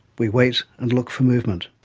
we wait and look for movement.